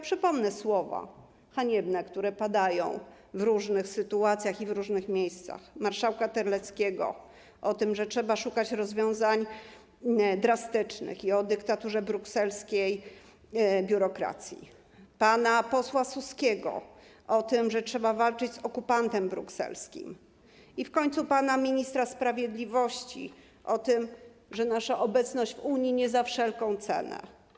Przypomnę słowa haniebne, które padają w różnych sytuacjach i w różnych miejscach: marszałka Terleckiego o tym, że trzeba szukać rozwiązań drastycznych i o dyktaturze brukselskiej biurokracji, pana posła Suskiego o tym, że trzeba walczyć z okupantem brukselskim, i w końcu pana ministra sprawiedliwości o tym, że nasza obecność w Unii nie za wszelką cenę.